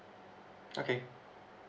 okay